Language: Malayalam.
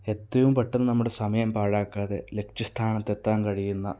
എത്രയും പെട്ടെന്ന് നമ്മുടെ സമയം പാഴാക്കാതെ ലക്ഷ്യസ്ഥാനത്ത് എത്താൻ കഴിയുന്ന